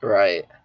right